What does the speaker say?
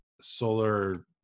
solar